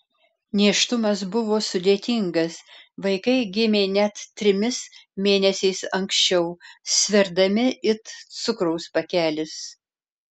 nėštumas buvo sudėtingas vaikai gimė net trimis mėnesiais anksčiau sverdami it cukraus pakelis